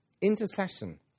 Intercession